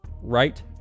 right